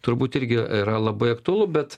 turbūt irgi yra labai aktualu bet